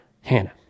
Hannah